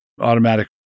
automatic